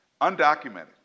undocumented